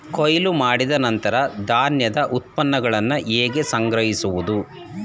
ಕೊಯ್ಲು ಮಾಡಿದ ನಂತರ ಧಾನ್ಯದ ಉತ್ಪನ್ನಗಳನ್ನು ಹೇಗೆ ಸಂಗ್ರಹಿಸುವುದು?